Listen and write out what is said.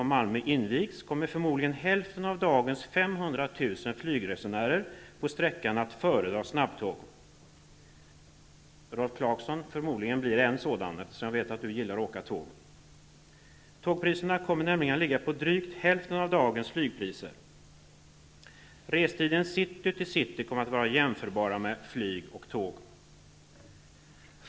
Malmö invigs kommer förmodligen hälften av dagens 500 000 flygresenärer på sträckan att föredra snabbtåg. Rolf Clarkson blir förmodligen en av dessa, eftersom jag vet att han gillar att åka tåg. Tågpriserna kommer nämligen att ligga på drygt hälften av dagens flygpriser. Restiden city-- city med tåg kommer att vara jämförbar med tiden det tar att flyga samma sträcka.